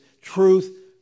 Truth